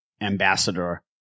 ambassador